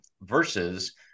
versus